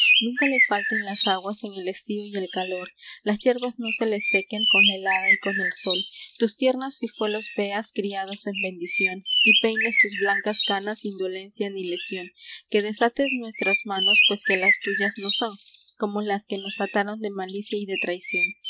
nunca les falten las aguas en el estío y el calor las hierbas no se les sequen con la helada y con el sol tus tiernos fijuelos veas criados en bendición y peines tus blancas canas sin dolencia ni lesión que desates nuestras manos pues que las tuyas no son como las que nos ataron de malicia y de traición